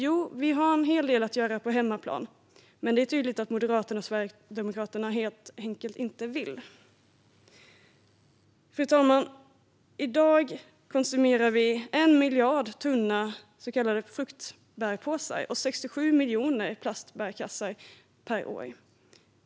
Vi har alltså en hel del att göra på hemmaplan, men det är tydligt att Moderaterna och Sverigedemokraterna helt enkelt inte vill. Fru talman! I dag konsumerar vi 1 miljard tunna så kallade fruktpåsar och 67 miljoner plastbärkassar per år.